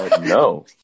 No